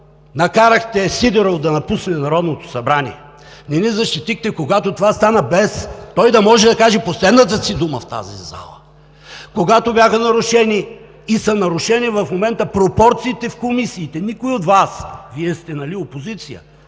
накараха Сидеров да напусне Народното събрание, не ни защитихте, когато това стана, без той да може да каже последната си дума в тази зала, когато бяха нарушени и в момента са нарушени пропорциите в комисиите, никой от Вас – Вие сте опозиция,